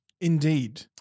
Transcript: Indeed